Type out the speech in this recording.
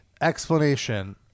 explanation